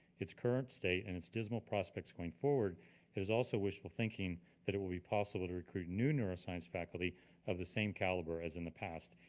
its current state and its dismal prospect going forward is also wishful thinking that it would be possible to recruit new neuroscience faculty of the same caliber as in the past,